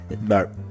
no